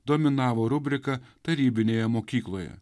dominavo rubrika tarybinėje mokykloje